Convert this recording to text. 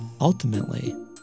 ultimately